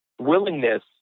Willingness